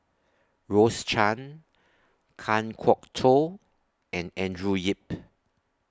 Rose Chan Kan Kwok Toh and Andrew Yip